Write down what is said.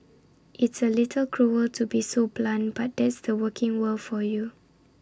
it's A little cruel to be so blunt but that's the working world for you